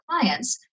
clients